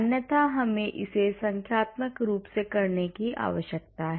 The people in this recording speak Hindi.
अन्यथा हमें इसे संख्यात्मक रूप से करने की आवश्यकता है